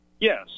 Yes